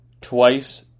twice